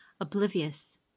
oblivious